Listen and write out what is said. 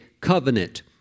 covenant